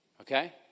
okay